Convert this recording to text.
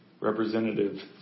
Representative